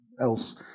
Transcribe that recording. else